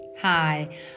Hi